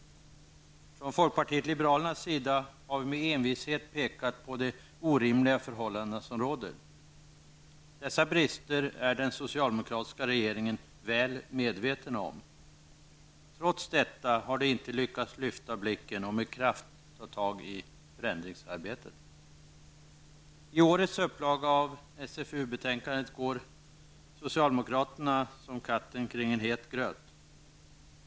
Från folkpartiet liberalernas sida har vi med envishet pekat på de orimliga förhållanden som råder. Dessa brister är den socialdemokratiska regering väl medveten om. Trots detta har den inte lyckats lyfta blicken och med kraft ta tag i förändringsarbetet. I årets upplaga av STU-betänkandet går socialdemokraterna som katten kring het gröt.